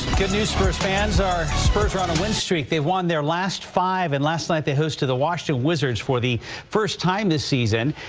fans, our spurs are on a win streak, they won their last five, and last night they hosted the washington wizards for the first time this season,